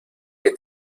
que